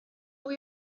fwy